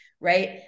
right